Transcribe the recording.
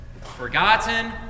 forgotten